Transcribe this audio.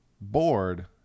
bored